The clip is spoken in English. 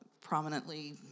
prominently